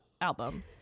album